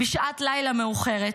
בשעת לילה מאוחרת.